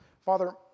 Father